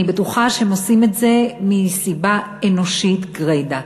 אני בטוחה שהם עושים את זה מסיבה אנושית גרידא.